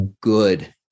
good